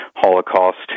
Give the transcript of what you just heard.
Holocaust